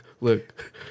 Look